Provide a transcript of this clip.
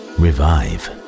revive